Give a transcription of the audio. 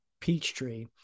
Peachtree